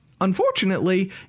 Unfortunately